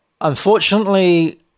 unfortunately